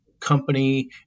company